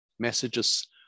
messages